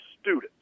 student